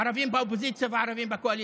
ערבים באופוזיציה וערבים בקואליציה.